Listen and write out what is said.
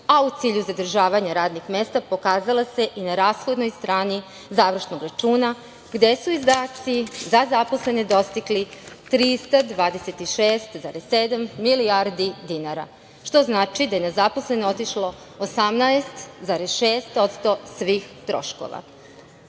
a u cilju zadržavanja radnih mesta, pokazala se i na rashodnoj strani završnog računa, gde su izdaci za zaposlene dostigli 326,7 milijardi dinara, što znači da je na zaposlene otišlo 18,6% svih troškova. Upravo